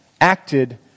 acted